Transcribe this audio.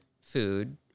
food